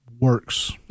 works